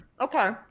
okay